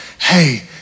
hey